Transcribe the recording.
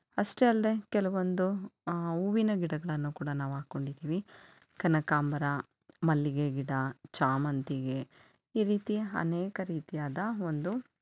ಅಷ್ಟೇ ಅಲ್ಲದೆ ಕೆಲವೊಂದು ಹೂವಿನ ಗಿಡಗಳನ್ನು ಕೂಡ ನಾವು ಹಾಕ್ಕೊಂಡಿದ್ದೀವಿ ಕನಕಾಂಬರ ಮಲ್ಲಿಗೆ ಗಿಡ ಸಾಮಂತಿಗೆ ಈ ರೀತಿ ಅನೇಕ ರೀತಿಯಾದ ಒಂದು